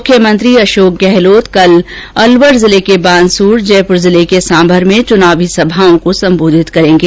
मुख्यमंत्री अशोक गहलोत कल अलवर जिले के बानसूर जयपुर जिले के सांभर में चुनावी सभाओं को संबोधित करेंगे